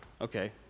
Okay